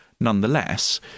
Nonetheless